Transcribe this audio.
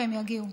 והם יגיעו.